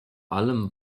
allem